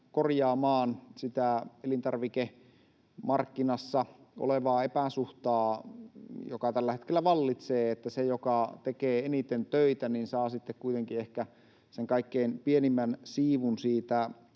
korjaamaan sitä elintarvikemarkkinassa olevaa epäsuhtaa, joka tällä hetkellä vallitsee, että se, joka tekee eniten töitä, saa sitten kuitenkin ehkä sen kaikkein pienimmän siivun siitä